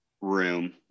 room